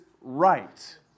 right